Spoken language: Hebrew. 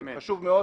זה חשוב מאוד.